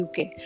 UK